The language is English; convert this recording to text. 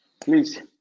please